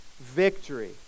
victory